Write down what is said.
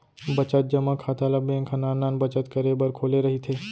बचत जमा खाता ल बेंक ह नान नान बचत करे बर खोले रहिथे